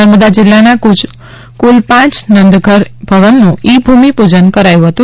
નર્મદા જિલ્લાના કુલ પાંચ નંદઘર ભવનનું ઈ ભૂમિપૂજન કરાયુ હતું